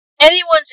Anyone's